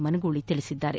ಮನಗೂಳಿ ಹೇಳಿದ್ದಾರೆ